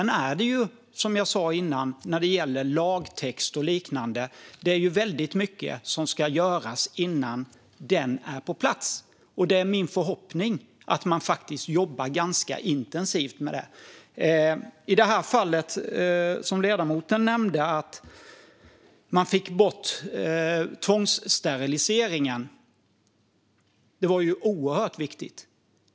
När det sedan gäller lagtext och liknande är det, som jag sa tidigare, väldigt mycket som ska göras innan den är på plats. Det är min förhoppning att man faktiskt jobbar ganska intensivt med det. I det fall som ledamoten nämnde fick man bort tvångssteriliseringen, och det var oerhört viktigt.